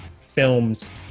films